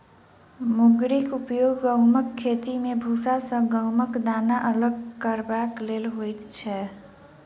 मुंगरीक उपयोग गहुमक खेती मे भूसा सॅ गहुमक दाना अलग करबाक लेल होइत छै